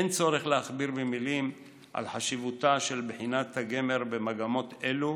אין צורך להכביר במילים על חשיבותה של בחינת הגמר במגמות אלו,